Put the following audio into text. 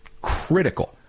critical